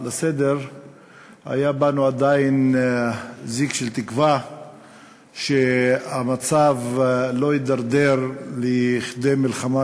לסדר-היום היה בנו עדיין זיק של תקווה שהמצב לא יתדרדר לכדי מלחמה,